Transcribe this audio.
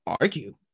argue